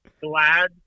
glad